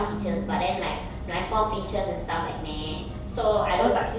but then like my form teachers and stuff like meh so I don't